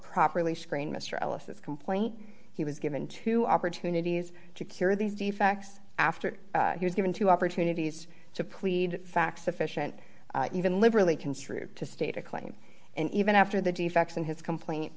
properly screen mr ellis this complaint he was given two opportunities to cure these defects after he was given two opportunities to plead facts sufficient even liberally construed to state a claim and even after the defects in his complaint